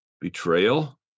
betrayal